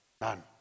None